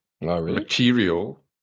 material